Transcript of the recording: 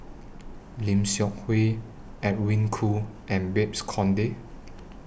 Lim Seok Hui Edwin Koo and Babes Conde